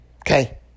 Okay